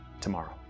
tomorrow